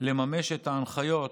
לממש את ההנחיות